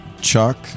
Chuck